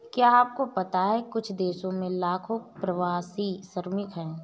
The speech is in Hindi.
क्या आपको पता है कुछ देशों में लाखों प्रवासी श्रमिक हैं?